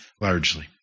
largely